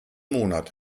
monat